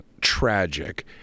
tragic